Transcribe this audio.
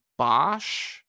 Bosch